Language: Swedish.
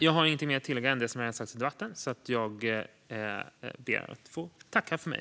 Jag har ingenting mer att tillägga än det som redan har sagts i debatten, så jag ber att få tacka för mig.